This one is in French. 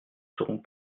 seront